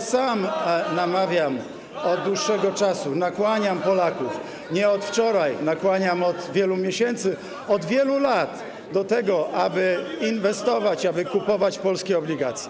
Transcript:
sam namawiam od dłuższego czasu, nakłaniam Polaków nie od wczoraj, nakłaniam od wielu miesięcy, od wielu lat, do tego, aby inwestować, aby kupować polskie obligacje.